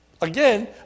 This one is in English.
again